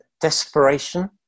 desperation